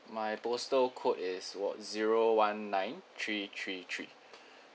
my postal code is zero one nine three three three